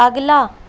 अगला